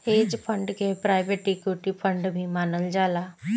hedge fund के private equity fund भी मानल जाला